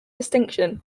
distinction